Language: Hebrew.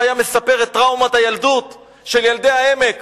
והיה מספר את טראומת הילדות של ילדי העמק